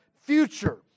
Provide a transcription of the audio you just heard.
future